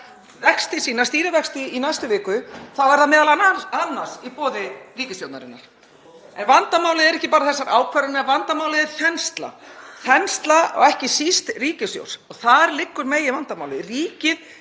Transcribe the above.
vexti sína, stýrivexti, í næstu viku er það m.a. annars í boði ríkisstjórnarinnar. En vandamálið er ekki bara þessar ákvarðanir, vandamálið er þensla, og ekki síst þensla ríkissjóðs. Þar liggur meginvandamálið. Ríkið